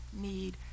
need